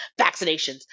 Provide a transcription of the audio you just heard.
vaccinations